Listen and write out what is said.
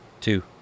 two